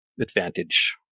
advantage